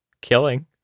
Killing